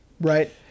Right